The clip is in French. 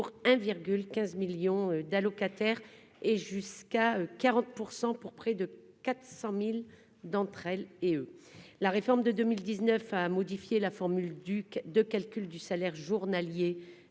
pour 1,15 1000000 d'allocataires et jusqu'à 40 % pour près de 400000 d'entre elles et eux la réforme de 2019 a modifié la formule Duc de calcul du salaire journalier